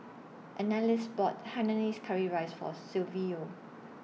Annalise bought Hainanese Curry Rice For Silvio